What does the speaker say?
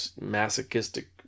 masochistic